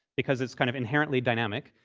because it's kind of inherently dynamic.